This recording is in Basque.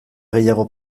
gehiago